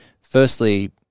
Firstly